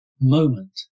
moment